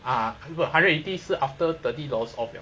ah hundred and eighty 是 after thirty dollars off